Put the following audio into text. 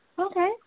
Okay